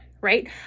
right